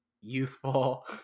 youthful